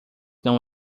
não